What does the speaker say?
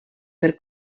per